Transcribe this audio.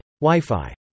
wi-fi